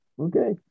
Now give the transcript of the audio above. okay